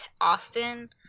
Austin